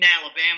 Alabama